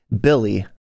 Billy